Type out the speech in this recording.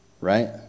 right